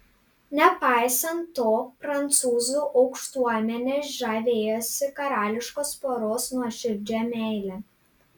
nepaisant to prancūzų aukštuomenė žavėjosi karališkos poros nuoširdžia meile